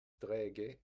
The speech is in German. träge